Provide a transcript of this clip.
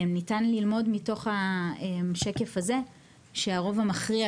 ניתן ללמוד מתוך השקף הזה שהרוב המכריע